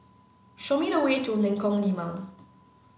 show me the way to Lengkong Lima